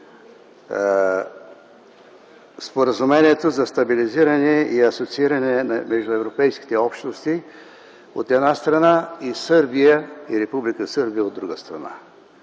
Споразумението за стабилизиране и асоцииране между Европейските общности, от една страна, и Република Сърбия, от друга страна.